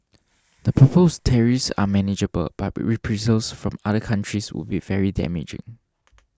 the proposed tariffs are manageable but reprisals from other countries would be very damaging